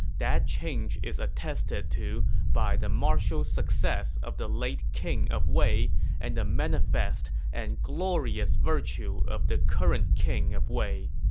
that change is attested by the martial success of the late king of wei and the manifest and glorious virtue of the current king of wei.